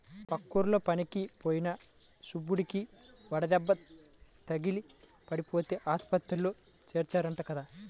పక్కూర్లో పనులకి పోయిన సుబ్బడికి వడదెబ్బ తగిలి పడిపోతే ఆస్పత్రిలో చేర్చారంట కదా